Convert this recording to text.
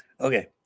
Okay